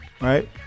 right